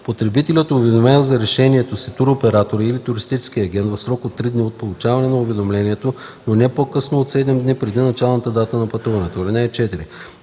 Потребителят уведомява за решението си туроператора или туристическия агент в срок три дни от получаване на уведомлението, но не по-късно от 7 дни преди началната дата на пътуването.